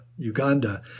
Uganda